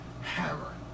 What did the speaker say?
hammer